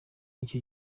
nicyo